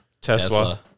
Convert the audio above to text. tesla